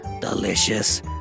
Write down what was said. delicious